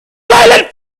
silent